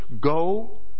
go